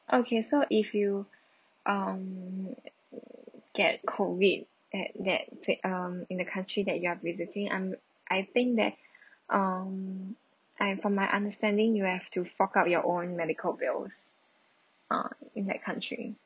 okay so if you um get COVID at that um in the country that you are visiting I'm I think that um I from my understanding you have to fork out your own medical bills ah in that country